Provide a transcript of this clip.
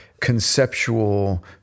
conceptual